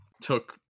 took